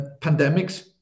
pandemics